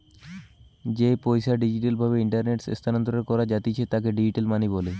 যেই পইসা ডিজিটাল ভাবে ইন্টারনেটে স্থানান্তর করা জাতিছে তাকে ডিজিটাল মানি বলে